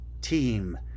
team